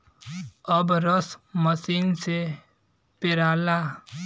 अब रस मसीन से पेराला